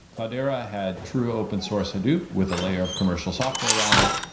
cloudera had true open source hadoop with a layer of commercial software around it.